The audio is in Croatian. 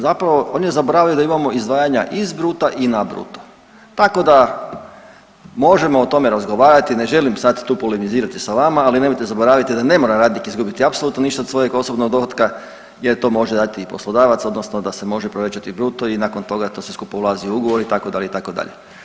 Zapravo on je zaboravio da imamo izdvajanja iz bruta i na bruto, tako da možemo o tome razgovarati, ne želim sad tu polemizirati sa vama, ali nemojte zaboraviti da ne mora radnik izgubiti apsolutno ništa od svojeg osobnog dohotka jer je to može raditi i poslodavac odnosno da se može povećati bruto i nakon toga to sve skupa ulazi u ugovor itd., itd.